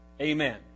Amen